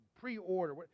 pre-order